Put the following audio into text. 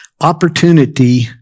opportunity